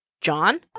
John